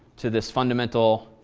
to this fundamental